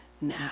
now